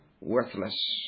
worthless